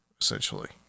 essentially